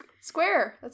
square